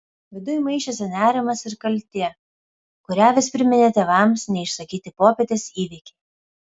viduj maišėsi nerimas ir kaltė kurią vis priminė tėvams neišsakyti popietės įvykiai